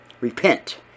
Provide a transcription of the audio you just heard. repent